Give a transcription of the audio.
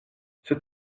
cet